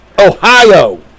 Ohio